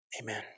Amen